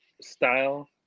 style